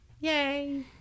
Yay